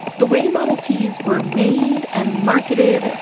the way model ts were made and marketed,